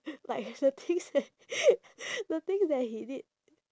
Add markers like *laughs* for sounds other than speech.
like the things that *laughs* the things that he did